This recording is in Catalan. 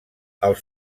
els